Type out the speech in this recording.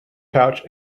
pouch